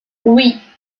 oui